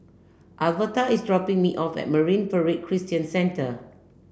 Alverta is dropping me off at Marine Parade Christian Centre